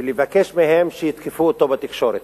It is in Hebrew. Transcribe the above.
ולבקש מהם שיתקפו אותו בתקשורת.